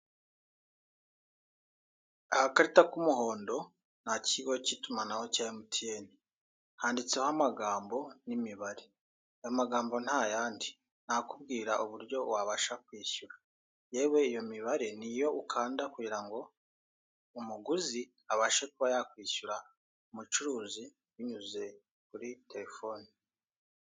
Agakarita k'umuhondo ni ak'ikigo k'itumanaho cya emutiyene handitseho amagambo n'imibare, amagambo ntayandi ni ay'akubwira uburyo wabasha kwishyura yewe iyo mibare niyo ukanda kugira ngo umuguzi abashe kuba yakwishyura umucuruzi binyuze kuri terefone.